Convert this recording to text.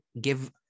give